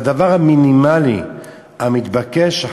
זה הדבר המינימלי המתבקש,